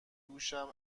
دوشم